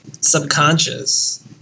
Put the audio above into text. subconscious